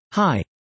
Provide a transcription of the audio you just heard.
Hi